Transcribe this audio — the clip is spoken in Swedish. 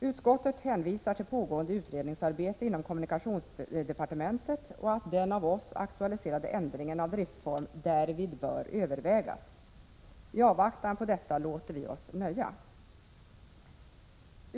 Utskottet hänvisar till pågående utredningsarbete inom kommunikationsdepartementet och till att den av oss aktualiserade ändringen av driftsformen därvid bör övervägas. I avvaktan på detta låter vi oss nöja.